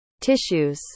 tissues